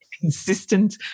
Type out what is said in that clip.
consistent